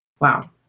Wow